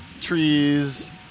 trees